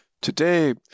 Today